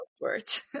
words